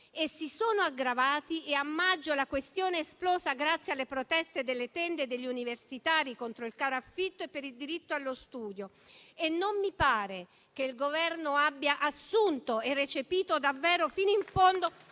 E si sono aggravati. A maggio la questione è esplosa grazie alle proteste delle tende degli universitari contro il caro affitti e per il diritto allo studio. Non mi pare che il Governo abbia assunto e recepito davvero fino in fondo